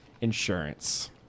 insurance